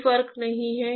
कोई फर्क नहीं है